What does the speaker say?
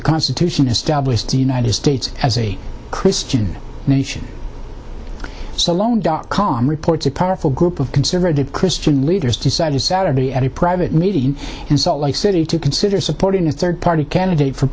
the constitution established the united states as a christian nation so long dot com reports a powerful group of conservative christian leaders decided saturday at a private meeting in salt lake city to consider supporting a third party candidate for